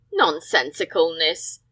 Nonsensicalness